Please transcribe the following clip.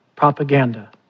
propaganda